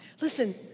listen